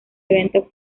evento